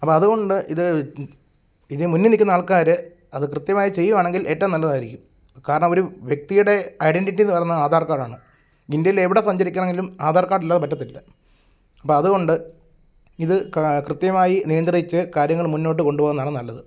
അപ്പോൾ അതുകൊണ്ട് ഇത് ഇതിന് മുന്നിൽ നിൽക്കുന്ന ആൾക്കാർ അത് കൃത്യമായി ചെയ്യുകയാണെങ്കിൽ ഏറ്റവും നല്ലതായിരിക്കും കാരണമൊരു വെക്തിയുടെ ഐഡെൻ്റിറ്റിയെന്ന് പറയുന്നത് ആധാർക്കാഡാണ് ഇന്ത്യയിലെവിടെ സഞ്ചരിക്കണമെങ്കിലും ആധാർക്കാഡില്ലാത പറ്റത്തില്ല അപ്പം അതുകൊണ്ട് ഇത് കൃത്യമായി നിയന്ത്രിച്ച് കാര്യങ്ങൾ മുന്നോട്ട് കൊണ്ടുപോകുന്നതാണ് നല്ലത്